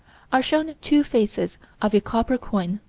are shown two faces of a copper coin,